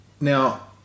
Now